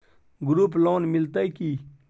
Group loan मिलतै की?